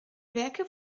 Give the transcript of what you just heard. werke